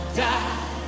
die